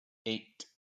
eight